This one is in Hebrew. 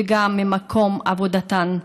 וגם ממקום עבודתן.